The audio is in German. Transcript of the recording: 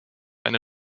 eine